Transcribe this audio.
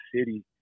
city